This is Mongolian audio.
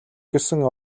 гэсэн